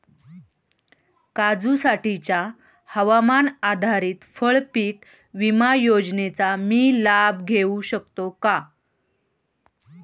काजूसाठीच्या हवामान आधारित फळपीक विमा योजनेचा मी लाभ घेऊ शकतो का?